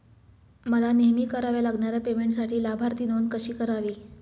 मला नेहमी कराव्या लागणाऱ्या पेमेंटसाठी लाभार्थी नोंद कशी करावी?